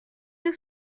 venu